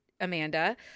Amanda